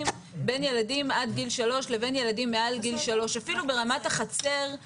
בין ילדים עד גיל 3 לבין ילדים מעל גיל 3. אפילו ברמת החצר,